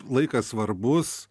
laikas svarbus